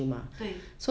对